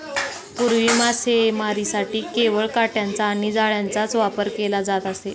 पूर्वी मासेमारीसाठी केवळ काटयांचा आणि जाळ्यांचाच वापर केला जात असे